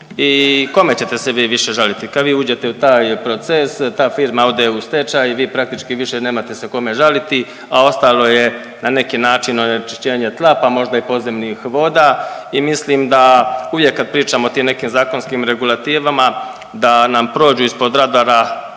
i kome ćete se vi više žaliti, kad vi uđete u taj proces ta firma ode u stečaj i vi praktički više nemate se kome žaliti, a ostalo je na neki način onečišćenje tla, pa možda i podzemnih voda i mislim da uvijek kad pričamo o tim nekim zakonskim regulativama da nam prođu ispod radara,